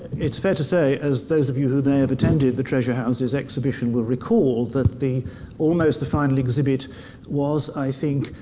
it's fair to say, as those of you who may have attended the treasure houses exhibition will recall, that almost the final exhibit was, i think,